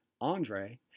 Andre